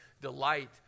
delight